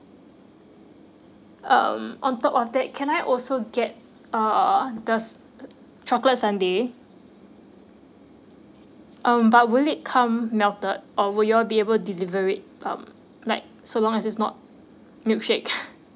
um on top of that can I also get uh the chocolate sundae um but will it come melted or will y'all be able delivery it um like so long as it's not milkshake